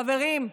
חברים,